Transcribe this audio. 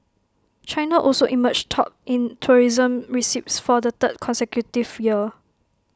China also emerged top in tourism receipts for the third consecutive year